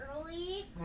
early